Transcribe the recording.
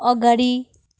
अगाडि